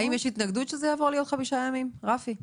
האם יש התנגדות שזה יהיה חמישה ימים, רפי?